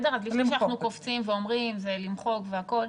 אז לפני שאנחנו קופצים אומרים, זה למחוק והכול,